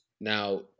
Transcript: Now